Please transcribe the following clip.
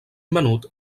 menut